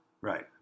Right